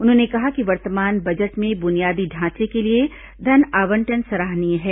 उन्होंने कहा कि वर्तमान बजट में बुनियादी ढांचे के लिए धन आवंटन सराहनीय है